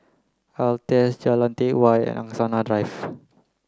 Altez Jalan Teck Whye Angsana Drive